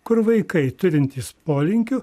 kur vaikai turintys polinkių